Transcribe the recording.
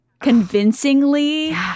convincingly